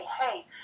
Hey